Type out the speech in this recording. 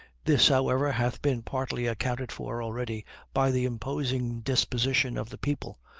this, however, hath been partly accounted for already by the imposing disposition of the people,